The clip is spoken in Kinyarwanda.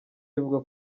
bivugwa